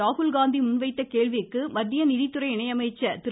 ராகுல் காந்தி முன்வைத்த கேள்விக்கு மத்திய நிதித்துறை இணை அமைச்சர் திரு